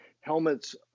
helmets